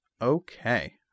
Okay